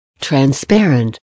transparent